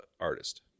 artist